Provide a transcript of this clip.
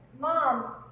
mom